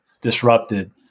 disrupted